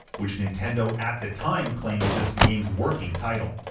which nintendo at the time claimed was just the game's working title.